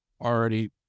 already